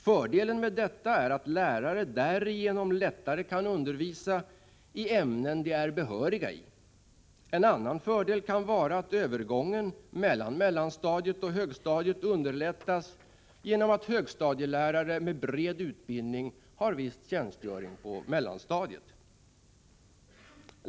Fördelen med detta är att lärare därigenom lättare kan undervisa i ämnen de är behöriga i. En annan fördel kan vara att övergången mellan mellanstadiet och högstadiet underlättas genom att högstadielärare med bred utbildning har viss tjänstgöring på mellanstadiet.